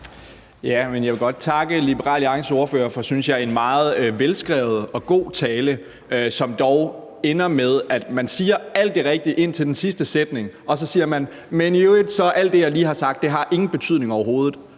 Jeg vil godt takke Liberal Alliances ordfører for en, synes jeg, meget velskrevet og god tale, som dog ender med, at man siger alt det rigtige, indtil den sidste sætning, nemlig at alt det, man lige har sagt, i øvrigt overhovedet